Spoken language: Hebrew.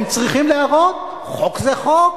הם צריכים להראות: חוק זה חוק,